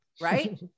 right